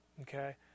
Okay